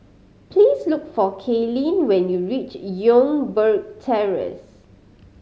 please look for Kalyn when you reach Youngberg Terrace